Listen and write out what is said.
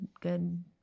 good